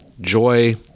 joy